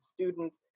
students